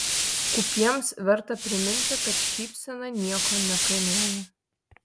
skūpiems verta priminti kad šypsena nieko nekainuoja